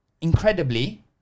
incredibly